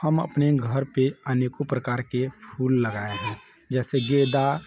हम अपने घर पर अनेकों प्रकार के फूल लगाएँ जैसे गेंदा